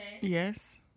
Yes